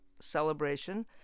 celebration